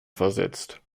versetzt